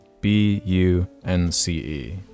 B-U-N-C-E